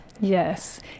yes